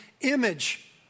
image